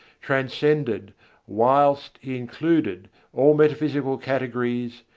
transcended whilst he included all metaphysical categories,